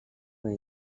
were